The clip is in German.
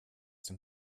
dem